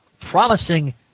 promising